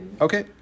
Okay